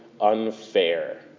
unfair